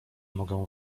mogę